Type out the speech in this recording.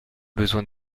besoin